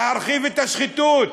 להרחיב את השחיתות,